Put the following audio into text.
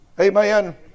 Amen